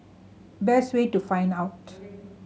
best way to find out